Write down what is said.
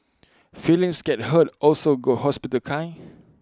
feelings get hurt also go hospital kind